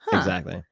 exactly.